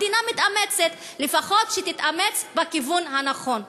המדינה מתאמצת, לפחות שתתאמץ בכיוון הנכון.